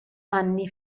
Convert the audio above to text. anni